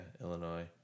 Illinois